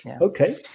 okay